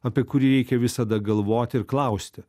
apie kurį reikia visada galvoti ir klausti